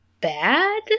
bad